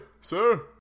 sir